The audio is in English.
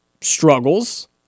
struggles